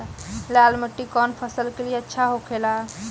लाल मिट्टी कौन फसल के लिए अच्छा होखे ला?